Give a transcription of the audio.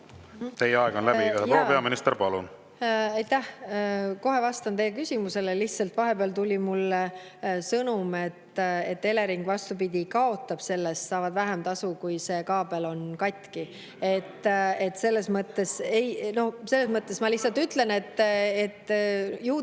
Teie aeg on läbi! Proua peaminister, palun! Aitäh! Kohe vastan teie küsimusele. Lihtsalt vahepeal tuli mulle sõnum, et Elering, vastupidi, kaotab sellest, saab vähem tasu, kui see kaabel on katki. (Hääl saalist.) Selles mõttes ma lihtsalt ütlen, et ju teie